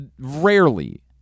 rarely